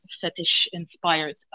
fetish-inspired